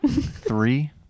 three